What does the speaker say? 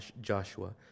Joshua